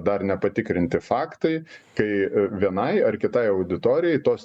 dar nepatikrinti faktai kai vienai ar kitai auditorijai tos